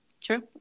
True